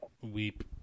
weep